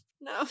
No